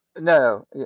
no